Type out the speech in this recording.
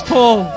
Paul